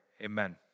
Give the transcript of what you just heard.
Amen